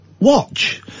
watch